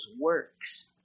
works